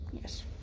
yes